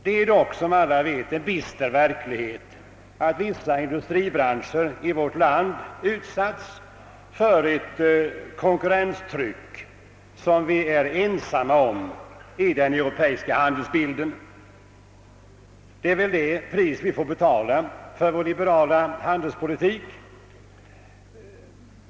Det är dock, som alla vet, en bister verklighet att vissa industribranscher i vårt land utsatts för ett konkurrenstryck som vi är ensamma om i den europeiska handelsbilden — det är väl det pris vi får betala för vår liberala handelspolitik.